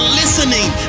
listening